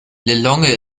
lilongwe